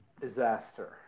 disaster